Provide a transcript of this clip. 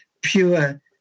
pure